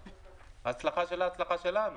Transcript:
הצלחה שלה, הצלחה שלנו.